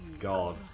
God